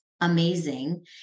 amazing